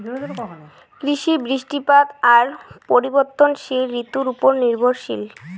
কৃষি, বৃষ্টিপাত আর পরিবর্তনশীল ঋতুর উপর নির্ভরশীল